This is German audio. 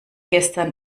gestern